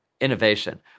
innovation